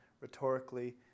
rhetorically